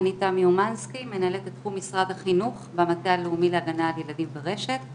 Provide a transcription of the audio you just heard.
אני מנהלת את תחום משרד החינוך במטה הלאומי להגנה על ילדים ברשת.